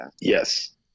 Yes